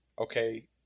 okay